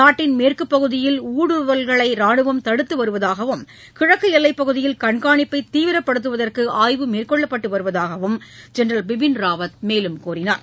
நாட்டின் மேற்குப்பகுதியில் ஊடுருவல்களை ராணுவம் தடுத்து வருவதாகவும் கிழக்கு எல்லைப்பகுதியில் கண்காணிப்பை தீவிரப்படுத்துவதற்கு ஆய்வு மேற்கொள்ளப்பட்டு வருவதாகவும் ஜென்ரல் பிபின்ராவத் கூறினார்